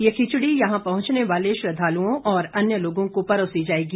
ये खिचड़ी यहां पहुंचने वाले श्रद्धालुओं और अन्य लोगों को परोसी जाएगी